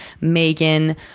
Megan